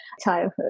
childhood